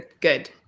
good